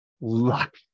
luck